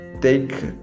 take